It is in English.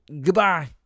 goodbye